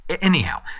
Anyhow